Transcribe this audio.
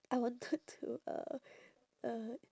I wanted to uh uh